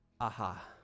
aha